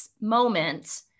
moment